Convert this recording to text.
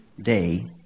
day